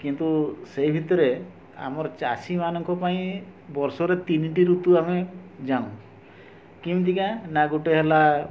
କିନ୍ତୁ ସେହି ଭିତରେ ଆମର ଚାଷୀ ମାନଙ୍କ ପାଇଁ ବର୍ଷରେ ତିନିଟି ଋତୁ ଆମେ ଜାଣୁ କେମତିକା ନା ଗୋଟେ ହେଲା